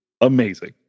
amazing